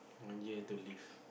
one year to live